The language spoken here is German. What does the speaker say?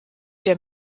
der